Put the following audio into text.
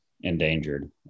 endangered